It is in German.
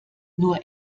nur